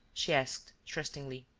she asked, trustingly.